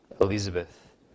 Elizabeth